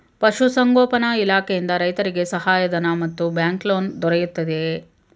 ಪಶು ಸಂಗೋಪನಾ ಇಲಾಖೆಯಿಂದ ರೈತರಿಗೆ ಸಹಾಯ ಧನ ಮತ್ತು ಬ್ಯಾಂಕ್ ಲೋನ್ ದೊರೆಯುತ್ತಿದೆಯೇ?